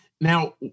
Now